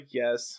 yes